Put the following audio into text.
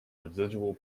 residual